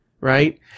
Right